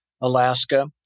Alaska